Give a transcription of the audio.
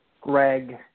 Greg